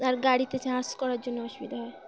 আর গাড়িতে চার্জ করার জন্য অসুবিধা হয়